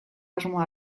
asmoa